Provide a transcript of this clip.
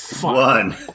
One